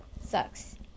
sucks